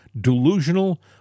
delusional